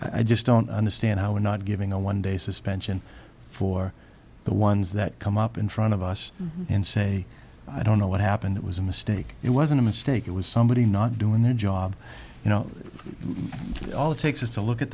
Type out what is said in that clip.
i just don't understand how we're not giving a one day suspension for the ones that come up in front of us and say i don't know what happened it was a mistake it wasn't a mistake it was somebody not doing their job you know all it takes is to look at